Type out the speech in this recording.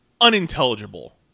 unintelligible